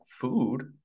food